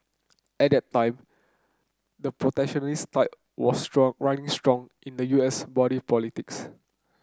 at that time the protectionist tide was strong running strong in the U S body politics